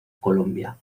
colombia